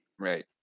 Right